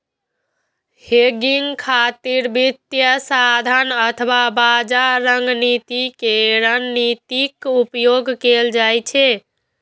hedging खातिर वित्तीय साधन अथवा बाजार रणनीति के रणनीतिक उपयोग कैल जाइ छै